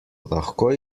lahko